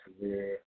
career